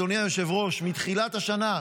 אדוני היושב-ראש, מתחילת השנה,